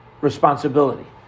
responsibility